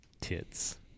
Tits